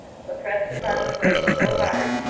but pressed upon the flames so hard,